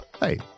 Hey